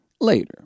later